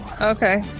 Okay